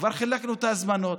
כבר חילקנו את ההזמנות.